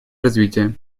развития